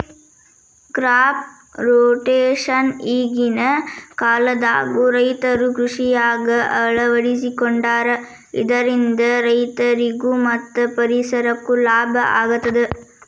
crop rotation ಈಗಿನ ಕಾಲದಾಗು ರೈತರು ಕೃಷಿಯಾಗ ಅಳವಡಿಸಿಕೊಂಡಾರ ಇದರಿಂದ ರೈತರಿಗೂ ಮತ್ತ ಪರಿಸರಕ್ಕೂ ಲಾಭ ಆಗತದ